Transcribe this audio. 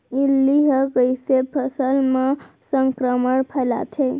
इल्ली ह कइसे फसल म संक्रमण फइलाथे?